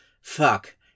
Fuck